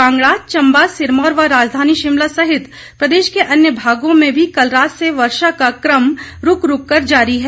कांगड़ा चम्बा सिरमौर व राजधानी शिमला सहित प्रदेश के अन्य भागों में भी कल रात से वर्षा का क्रम रूक रूक कर जारी है